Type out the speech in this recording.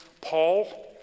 Paul